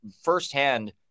firsthand